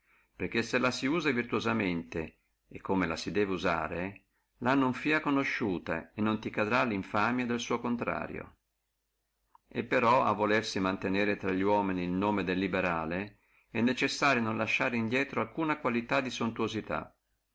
perché se ella si usa virtuosamente e come la si debbe usare la non fia conosciuta e non ti cascherà linfamia del suo contrario e però a volersi mantenere infra li uomini el nome del liberale è necessario non lasciare indrieto alcuna qualità di suntuosità